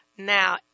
Now